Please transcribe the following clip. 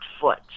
foot